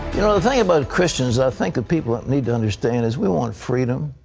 you know the thing about christians, i think ah people need to understand is, we want freedom.